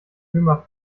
ömer